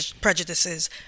prejudices